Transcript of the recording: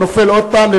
הוא נופל עוד פעם.